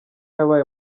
yabaye